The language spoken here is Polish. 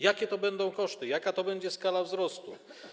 Jakie to będą koszty, jaka to będzie skala wzrostu?